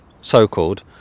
so-called